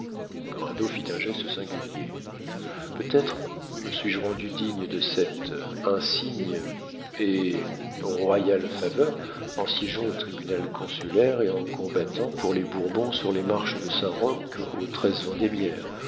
fit un geste singulier peut-être me suis-je rendu digne de cette insigne et royale faveur en siégeant au tribunal consulaire et en combattant pour les bourbons sur les marches de saint-roch au